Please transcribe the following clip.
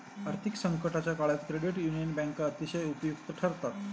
आर्थिक संकटाच्या काळात क्रेडिट युनियन बँका अतिशय उपयुक्त ठरतात